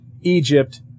Egypt